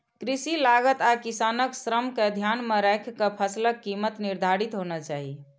कृषि लागत आ किसानक श्रम कें ध्यान मे राखि के फसलक कीमत निर्धारित होना चाही